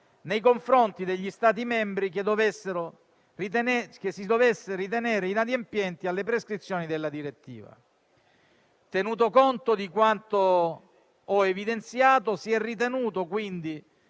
nei confronti degli Stati membri che si dovessero ritenere inadempienti alle prescrizioni della direttiva. Tenuto conto di quanto evidenziato, si è ritenuto quindi